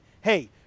hey